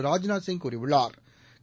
ராஜ்நாத் சிங் கூறியுள்ளாா்